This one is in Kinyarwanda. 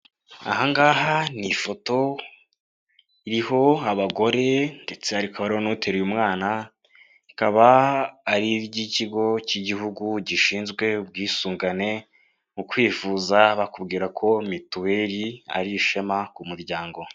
Ahangaha ni ifoto iriho abagore ndetse hakaba nuteruye umwana ikaba ari iry'ikigo cy'igihugu gishinzwe ubwisungane mu kwivuza bakubwira ko mituweli ari ishema ku muryango.